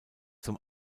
zum